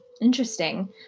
Interesting